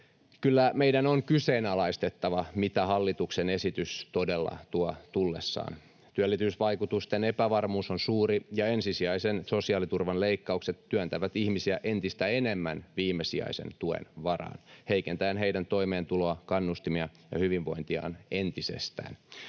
Kyllä meidän on kyseenalaistettava, mitä hallituksen esitys todella tuo tullessaan. Työllisyysvaikutusten epävarmuus on suuri, ja ensisijaisen sosiaaliturvan leikkaukset työntävät ihmisiä entistä enemmän viimesijaisen tuen varaan heikentäen heidän toimeentuloaan, kannustimiaan ja hyvinvointiaan entisestään.